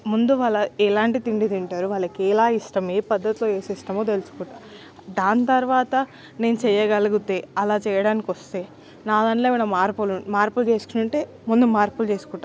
ముందు వాళ్ళ ఎలాంటి తిండి తింటారు వాళ్ళకి ఎలా ఇష్టం ఏ పద్దతిలో చేస్తిష్ఠమో తెలిసిపోతుంది దాని తర్వాత నేను చేయగలుగుతే అలా చేయడానికొస్తే నా దానిలో ఎమన్నా మార్పులు మార్పు చేస్తుంటే ముందు మార్పులు